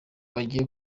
bagiye